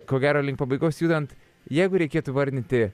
ko gero link pabaigos judant jeigu reikėtų įvardyti